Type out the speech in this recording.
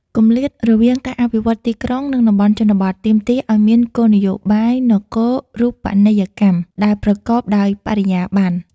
គម្លាតរវាងការអភិវឌ្ឍទីក្រុង និងតំបន់ជនបទ ទាមទារឱ្យមានគោលនយោបាយនគរូបនីយកម្មដែលប្រកបដោយបរិយាបន្ន។